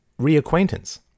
REACQUAINTANCE